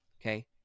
okay